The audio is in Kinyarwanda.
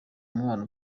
umwana